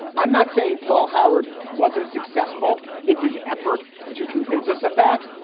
i'm not saying paul howard wasn't successful in his effort to convince us of that.